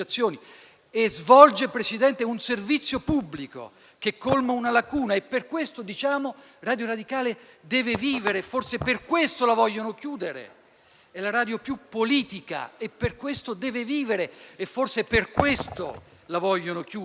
svolge un servizio pubblico che colma una lacuna. Per questo Radio Radicale deve vivere e forse per questo la vogliono chiudere: è la radio più politica e per questo deve vivere e forse per questo la vogliono chiudere.